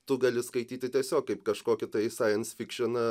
tu gali skaityti tiesiog kaip kažkokį tai science fikšiną